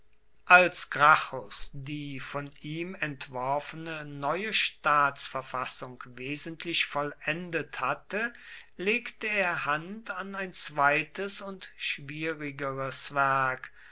als gracchus die von ihm entworfene neue staatsverfassung wesentlich vollendet hatte legte er hand an ein zweites und schwierigeres werk